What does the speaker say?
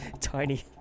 tiny